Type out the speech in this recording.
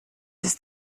ist